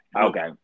Okay